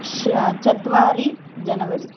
श चत्वारि जनवरि